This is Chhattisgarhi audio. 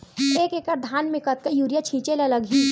एक एकड़ धान में कतका यूरिया छिंचे ला लगही?